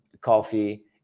coffee